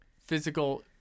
physical